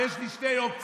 ויש לי שתי אופציות: